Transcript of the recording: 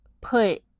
put